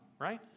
right